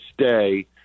stay